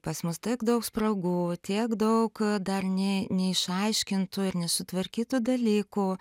pas mus tiek daug spragų tiek daug dar ne neišaiškintų ir nesutvarkytų dalykų